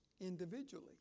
individually